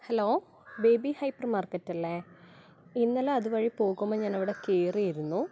hello baby hypermarket അല്ലേ ഇന്നലെ അതുവഴി പോകുമ്പം ഞാൻ അവിടെ കയറിയിരുന്നു